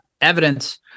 evidence